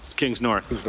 kings north.